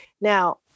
Now